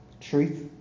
truth